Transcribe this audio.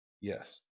Yes